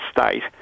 state